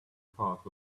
park